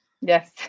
yes